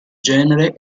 genere